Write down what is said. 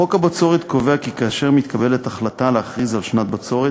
חוק הבצורת קובע כי כאשר מתקבלת החלטה להכריז על שנת בצורת,